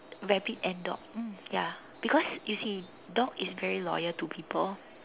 rabbit and dog mm ya because you see dog is very loyal to people